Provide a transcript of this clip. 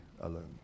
alone